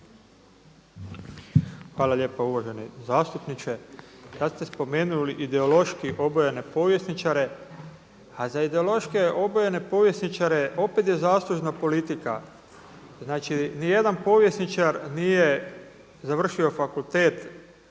Hvala lijepo uvaženi zastupniče. Kada ste spomenuli ideološki obojene povjesničare, a za ideološki obojene povjesničare opet je zaslužna politika. Znači ni jedan povjesničar nije završio fakultet